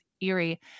eerie